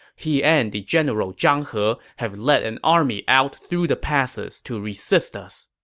he and the general zhang he have led an army out through the passes to resist us.